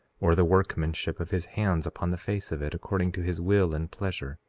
or the workmanship of his hands upon the face of it, according to his will and pleasure?